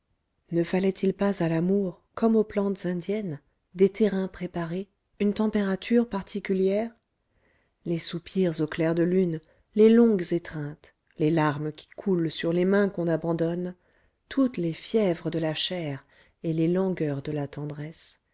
ne fallait-il pas à l'amour comme aux plantes indiennes des terrains préparés une température particulière les soupirs au clair de lune les longues étreintes les larmes qui coulent sur les mains qu'on abandonne toutes les fièvres de la chair et les langueurs de la tendresse